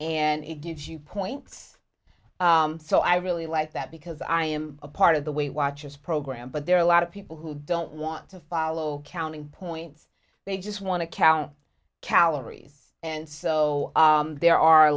and it gives you points so i really like that because i am a part of the weight watchers program but there are a lot of people who don't want to follow counting points they just want to count calories and so there are a